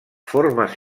formes